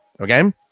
okay